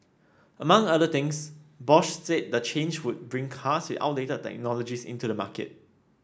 among other things Bosch said the change would bring cars with outdated technologies into the market